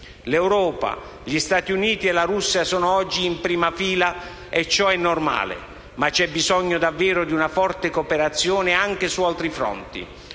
L'Europa, gli Stati Uniti e la Russia sono oggi in prima fila e ciò è normale. C'è davvero bisogno di una forte cooperazione anche su altri fronti